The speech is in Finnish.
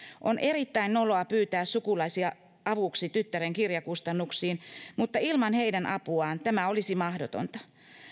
on erittäin noloa pyytää sukulaisia avuksi tyttären kirjakustannuksiin mutta ilman heidän apuaan tämä olisi mahdotonta